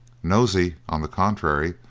nosey, on the contrary,